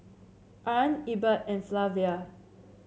Arne Ebert and Flavia